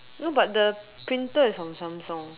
no but the printer is from Samsung